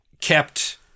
kept